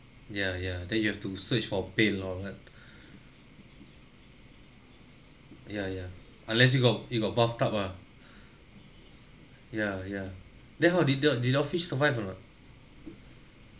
ya ya then you have to search for pail loh ya ya unless you got you got bathtub ah ya ya then how did the did the fish survive or not